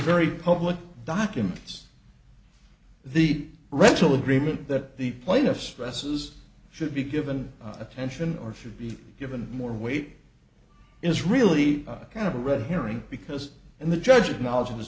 very public documents the rental agreement that the plaintiff stresses should be given attention or should be given more weight is really kind of a red herring because and the judge acknowledge